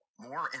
more